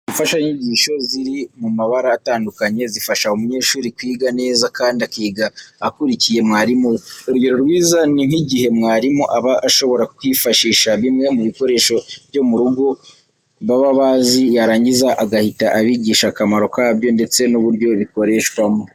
Imfashanyigisho ziri mu mabara atandukanye, zifasha umunyeshuri kwiga neza kandi akiga akurikiye mwarimu we. Urugero rwiza ni nk'igihe mwarimu aba ashobora kwifashisha bimwe mu bikoresho byo mu rugo baba bazi, yarangiza agahita abigisha akamaro kabyo ndetse n'uburyo bikoreshwamo.